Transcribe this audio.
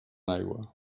aigua